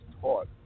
taught